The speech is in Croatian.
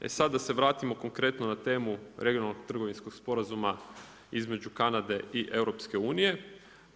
Sad da se vratimo konkretno na temu regionalnog trgovinskog sporazuma između Kanade i EU-a.